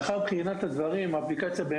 האפליקציה נקראת "עבודה פלוס", והיא מעולה.